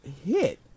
hit